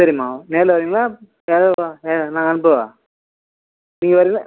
சரிம்மா நேரில் வரீங்களா யாராவது நான் அனுப்பவா நீங்கள் வரீங்களா